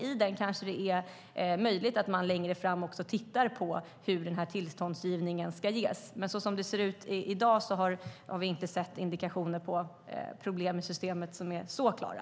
I den kanske det är möjligt att man längre fram också tittar på hur tillståndsgivningen ska gå till, men som det ser ut i dag har vi inte fått några indikationer på problem i systemet som är så klara.